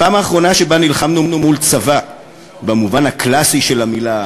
הפעם האחרונה שבה נלחמנו מול צבא במובן הקלאסי של המילה,